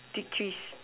tetris